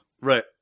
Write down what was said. Right